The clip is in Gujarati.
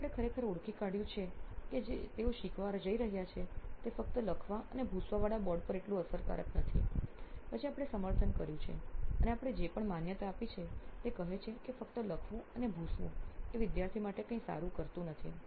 પછી આપણે ખરેખર ઓળખી કાઢયું છે છે કે જે તેઓ જે શીખવા જઇ રહ્યા છે તે ફક્ત લખવા અને ભૂંસવા વાલા બોર્ડ પર એટલું અસરકારક નથી પછી આપણે સમર્થન કર્યું છે અને આપણે જે પણ માન્યતા આપી છે તે કહે છે કે ફક્ત લખવું અને ભૂંસવું એ વિદ્યાર્થી માટે કઈ સારું કરતું નથી